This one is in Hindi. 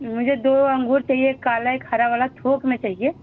मुझे दो अंगूर चहिए एक काला एक हरा वाला थोक में चाहिए